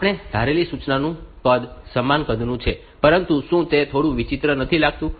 આપણે ધારેલી સૂચનાનું કદ સમાન કદનું છે પરંતુ શું તે થોડું વિચિત્ર નથી લાગતું